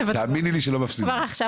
תאמיני לי שלא מפסידים מזה.